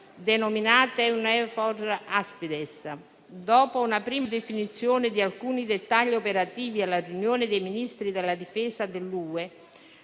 denominata Eunavfor Aspides. Dopo una prima definizione di alcuni dettagli operativi alla riunione dei Ministri della difesa dell'Unione